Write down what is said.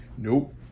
Nope